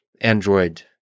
Android